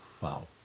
Wow